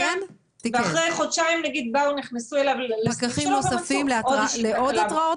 ואחרי חודשיים נכנסו אליו לסניף ומצאו עוד תקלה.